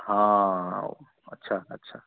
हां अच्छा अच्छा